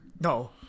No